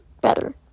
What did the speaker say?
better